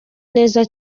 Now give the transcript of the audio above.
neza